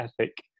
ethic